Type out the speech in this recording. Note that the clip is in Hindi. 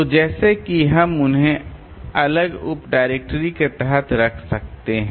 तो जैसे कि हम उन्हें अलग उप डायरेक्टरी के तहत रख सकते हैं